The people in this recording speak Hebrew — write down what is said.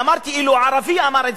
אמרתי: